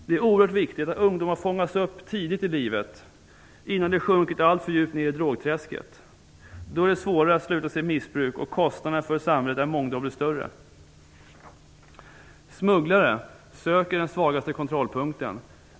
Det är oerhört viktigt att ungdomar fångas upp tidigt i livet innan de sjunkit alltför djupt ned i drogträsket, då det är svårare att sluta med missbruket och kostnaden för samhället är mångdubbelt större. Smugglare söker den svagaste kontrollpunkten.